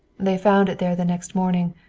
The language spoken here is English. they found it there the next morning,